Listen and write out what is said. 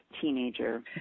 teenager